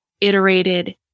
iterated